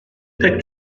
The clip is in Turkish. pek